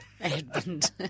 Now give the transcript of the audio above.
Edmund